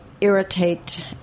irritate